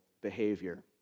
behavior